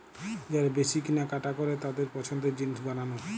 যারা বেশি কিনা কাটা করে তাদের পছন্দের জিনিস বানানো